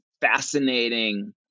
fascinating